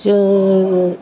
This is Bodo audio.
जोङो